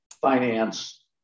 finance